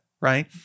right